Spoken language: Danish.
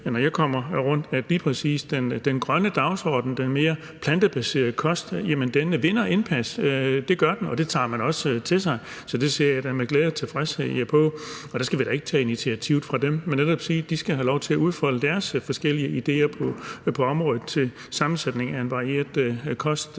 den grønne dagsorden, den mere plantebaserede kost, så kan jeg se, at den vinder indpas. Det gør den, og det tager man også til sig. Så det ser jeg da med glæde og tilfredshed på. Og der skal vi da ikke tage initiativet fra dem, men netop sige: De skal have lov til at udfolde deres forskellige idéer på området i forhold til sammensætningen af en varieret kost,